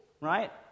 right